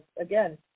again